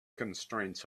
constraints